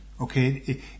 Okay